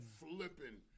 flipping